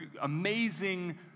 amazing